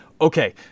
okay